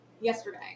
yesterday